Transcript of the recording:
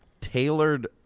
tailored